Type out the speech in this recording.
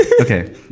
Okay